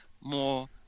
more